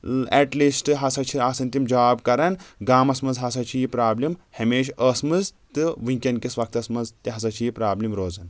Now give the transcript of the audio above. eight لیٖسٹہٕ ہسا چھِ آسان تِم جاب کران گامس منٛز ہسا چھِ یہِ پرابلِم ہمیشہٕ ٲسمٕژ تہٕ وٕنکؠن کِس وقتس منٛز تہِ ہسا چھِ یہِ پرابلم روزان